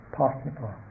possible